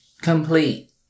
Complete